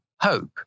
hope